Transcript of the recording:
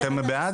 להחמיר.